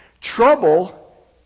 Trouble